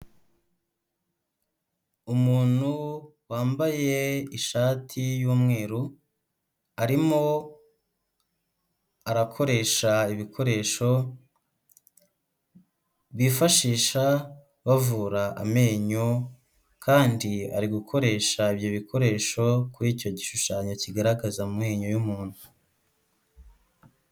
Umuntu wambaye ishati y'umweru, arimo arakoresha ibikoresho bifashisha bavura amenyo kandi ari gukoresha ibyo bikoresho kuri icyo gishushanyo kigaragaza mu menyo y'umuntu.